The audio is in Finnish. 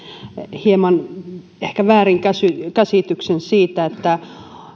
hieman väärinkäsityksen siitä